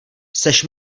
seš